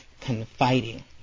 confiding